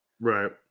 Right